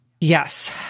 Yes